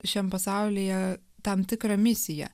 šiam pasaulyje tam tikrą misiją